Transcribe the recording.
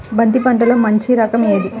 బంతి పంటలో మంచి రకం ఏది?